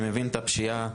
אני מבין את הפשיעה,